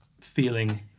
feeling